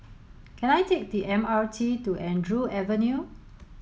can I take the M R T to Andrew Avenue